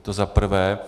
To za prvé.